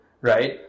right